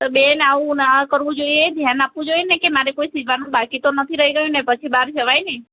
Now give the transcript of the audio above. બેન આવું ના કરવું જોઇયે ધ્યાન આપવું જોઇએને મારે કોઈ સિવવાનું બાકી તો નથી રહી ગયું ને પછી બહાર જવાયને